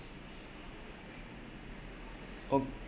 oh